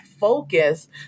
focus